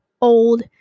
old